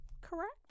correct